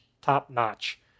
top-notch